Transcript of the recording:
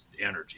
energy